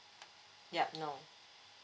yup no